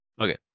Okay